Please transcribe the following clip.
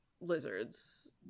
lizards